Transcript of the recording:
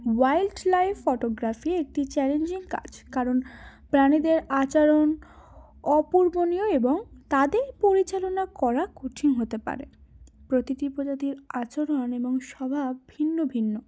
wild life photography একটি challenging কাজ কারণ প্রাণীদের আচরণ অপূর্বনীয় এবং তাদের পরিচালনা করা কঠিন হতে পারে প্রতিটি প্রজাতির আচরণ এবং স্বভাব ভিন্ন ভিন্ন